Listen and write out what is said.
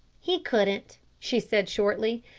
he couldn't, she said shortly.